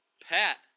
Pat